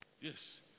yes